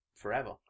Forever